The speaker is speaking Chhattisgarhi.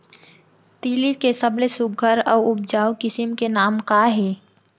तिलि के सबले सुघ्घर अऊ उपजाऊ किसिम के नाम का हे?